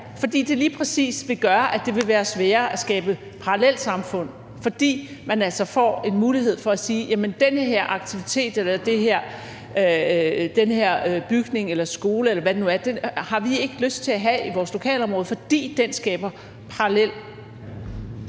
for det vil lige præcis gøre, at det vil være sværere at skabe parallelsamfund, fordi man altså får en mulighed for at sige, at den der aktivitet eller den der bygning eller skole, eller hvad det nu er, har vi ikke lyst til at have i vores lokalområde, fordi den skaber parallelsamfund,